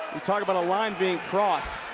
talking about a line being crossed.